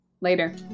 Later